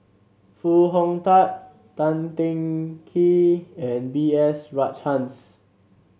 Foo Hong Tatt Tan Teng Kee and B S Rajhans